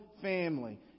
family